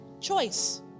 Choice